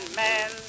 man